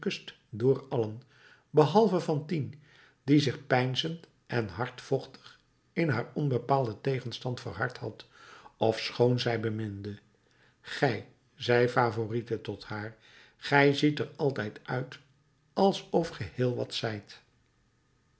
door allen behalve fantine die zich peinzend en hardvochtig in haar onbepaalden tegenstand verhard had ofschoon zij beminde gij zei favourite tot haar gij ziet er altijd uit alsof ge heel wat zijt